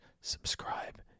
subscribe